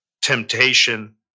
Temptation